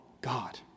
God